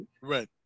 right